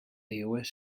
leeuwen